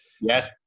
Yes